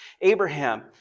Abraham